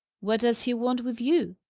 what does he want with you?